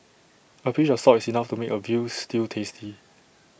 A pinch of salt is enough to make A Veal Stew tasty